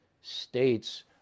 states